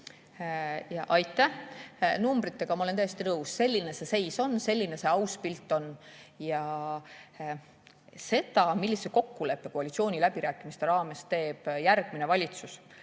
Aitäh! Numbritega ma olen täiesti nõus, selline see seis on, selline see aus pilt on. Seda, millise kokkuleppe koalitsiooniläbirääkimiste raames teeb järgmine valitsus,